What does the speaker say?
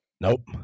Nope